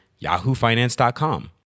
yahoofinance.com